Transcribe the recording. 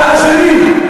מדברים על האסירים.